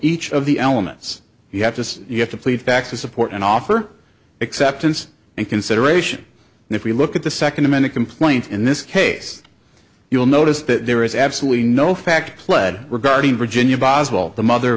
each of the elements you have to you have to plead facts to support and offer acceptance and consideration and if you look at the second in the complaint in this case you'll notice that there is absolutely no fact pled regarding virginia boswell the mother